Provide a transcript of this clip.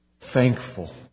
thankful